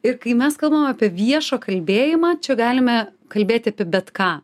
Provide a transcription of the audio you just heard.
ir kai mes kalbam apie viešą kalbėjimą čia galime kalbėti apie bet ką